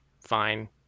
fine